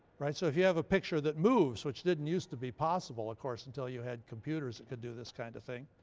right? so, if you have a picture that moves, which didn't used to be possible, of course, until you had computers that can do this kind of thing.